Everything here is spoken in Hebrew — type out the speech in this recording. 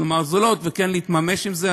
וזולות וכן להתממש עם זה.